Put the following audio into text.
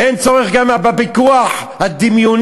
אין צורך גם בפיקוח הדמיוני,